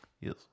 Yes